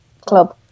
club